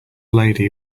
lady